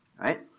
right